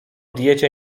diecie